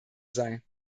sei